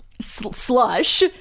Slush